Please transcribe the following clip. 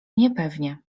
niepewnie